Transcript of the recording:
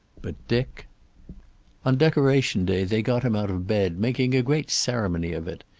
but dick on decoration day they got him out of bed, making a great ceremony of it,